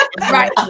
Right